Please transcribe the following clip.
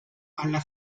alla